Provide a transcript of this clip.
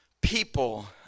people